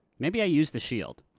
maybe i use the shield.